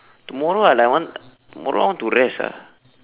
tomorrow I like want tomorrow I want to rest ah